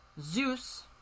Zeus